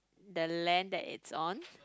the land that is on